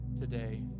today